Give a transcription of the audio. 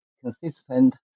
consistent